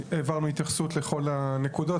העברנו התייחסות לכל הנקודות,